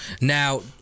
Now